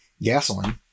gasoline